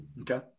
Okay